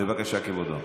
בבקשה, כבודו.